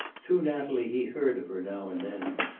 through natalie he heard of her now and then.